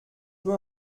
peu